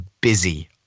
busy